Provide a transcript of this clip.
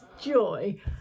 joy